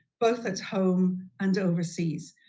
both at home and overseas.